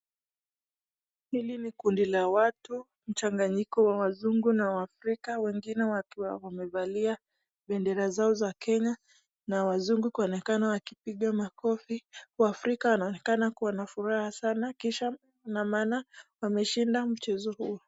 Hili ni kundi la watu mchanganyiko wa Wazungu na Waafrika, wengine wakiwa wamevalia bendera zao za Kenya na Wazungu kuonekana wakipiga makofi. Waafrika wanaonekana kuwa na furaha sana kisa na maana wameshinda mchezo huu.